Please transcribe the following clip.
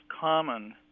common